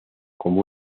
como